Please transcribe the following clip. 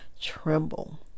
tremble